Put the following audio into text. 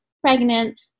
pregnant